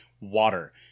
water